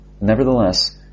Nevertheless